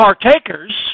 partakers